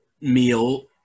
meal